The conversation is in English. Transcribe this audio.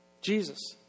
Jesus